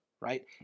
right